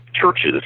churches